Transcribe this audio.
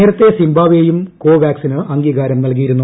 നേരത്തെ സിംബാബ് വേയും കോ വാക്സിന് അംഗീകാരം നൽകിയിരുന്നു